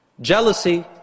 Jealousy